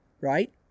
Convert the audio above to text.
right